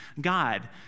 God